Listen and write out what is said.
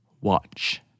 watch